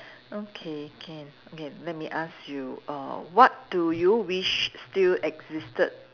okay can okay let me ask you err what do you wish still existed